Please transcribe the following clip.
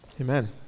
Amen